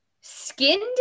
skinned